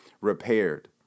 repaired